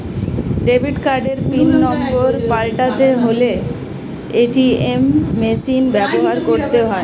debit কার্ডের PIN number পাল্টাতে হলে এ.টি.এম মেশিন ব্যবহার করতে হয়